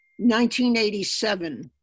1987